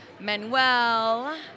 Manuel